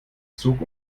zug